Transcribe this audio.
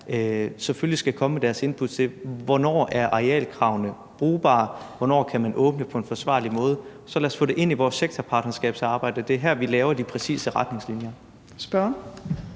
selvfølgelig skal komme med deres input til, hvornår arealkravene er brugbare, og hvordan man kan åbne på en forsvarlig måde. Så lad os få det ind i vores sektorpartnerskabsamarbejde. Det er her, vi laver de præcise retningslinjer.